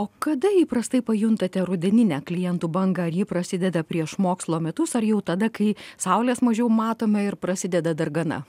o kada įprastai pajuntate rudeninę klientų bangą ar ji prasideda prieš mokslo metus ar jau tada kai saulės mažiau matome ir prasideda dargana